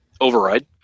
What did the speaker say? override